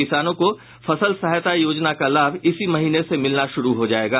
किसानों को फसल सहायता योजना का लाभ इसी महीने से मिलना शुरू हो जायेगा